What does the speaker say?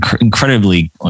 incredibly